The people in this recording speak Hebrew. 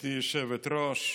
גברתי היושבת-ראש,